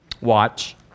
watch